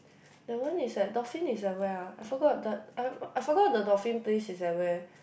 that one is at dolphin is at where ah I forgot the I I forgot the dolphin place is at where